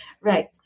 Right